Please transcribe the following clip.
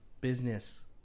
business